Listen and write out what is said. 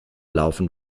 laufen